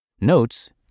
notes